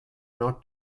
not